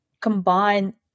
combine